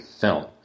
Film